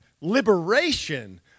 liberation